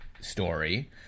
story